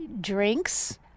drinks